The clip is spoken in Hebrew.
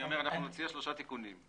אנחנו נציע שלושה תיקונים.